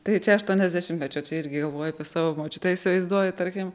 tai čia aštuoniasdešimtmečio čia irgi galvoju apie savo močiutę įsivaizduoju tarkim